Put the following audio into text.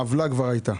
העוולה כבר הייתה.